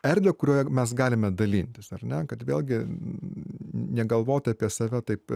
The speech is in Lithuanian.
erdvę kurioje mes galime dalintis ar ne kad vėlgi negalvoti apie save taip